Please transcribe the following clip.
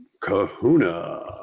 Kahuna